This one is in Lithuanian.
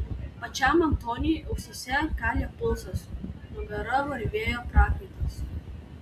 pačiam antoniui ausyse kalė pulsas nugara varvėjo prakaitas